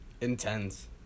intense